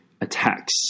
attacks